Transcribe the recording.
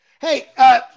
Hey